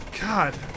God